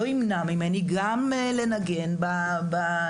לא ימנע ממני גם לנגן בלהקה,